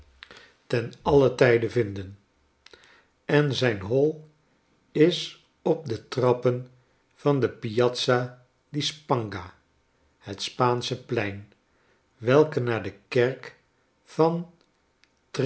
ten alien tijde vinden en zijn hoi is op de trappen van de piazza di spagna het spaansche plein welke naar de kerk van